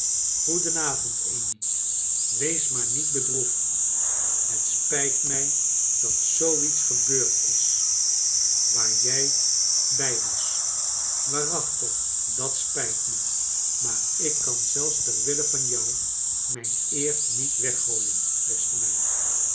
g oedenavond amy wees maar niet bedroefd het spijt mij dat zoo iets gebeurd i s waar jij bij was waarachtig dat spijt me maar ik kan zelfs ter wille van jou mijn eer niet wcggooien beste rneid